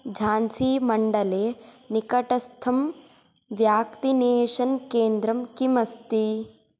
झान्सीमण्डले निकटस्थं व्याक्तिनेषन् केन्द्रं किम् अस्ति